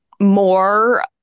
More